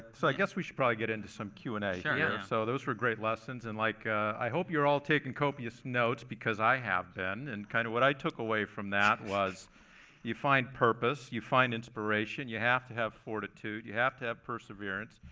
so i guess we should probably get into some q and a. sure. yeah so those were great lessons and like i hope you're all taking copious notes because i have been. and kind of what i took away from that was you find purpose. you find inspiration. you have to have fortitude. you have to have perseverance,